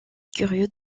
curieux